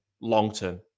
long-term